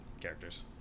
characters